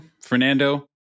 Fernando